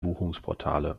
buchungsportale